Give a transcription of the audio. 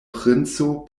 princo